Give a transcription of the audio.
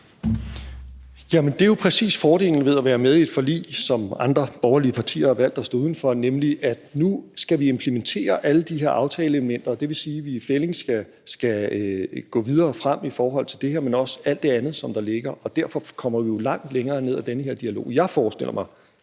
det er jo præcis fordelen ved at være med i et forlig, som andre borgerlige partier har valgt at stå udenfor, nemlig at nu skal vi implementere alle de her aftaleelementer, og det vil sige, at vi i fællig skal gå videre frem i forhold til det her, men også alt det andet, som der ligger, og derfor kommer vi jo langt længere ned i den her dialog. Jeg forestiller mig,